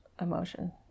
emotion